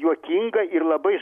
juokinga ir labai